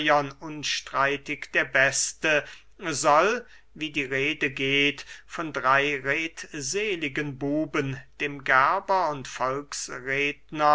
unstreitig der beste soll wie die rede geht von drey redseligen buben dem gerber und